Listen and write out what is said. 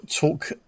talk